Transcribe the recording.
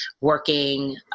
working